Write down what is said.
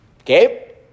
Okay